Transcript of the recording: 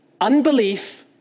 Unbelief